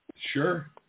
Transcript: Sure